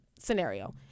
scenario